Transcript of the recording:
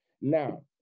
Now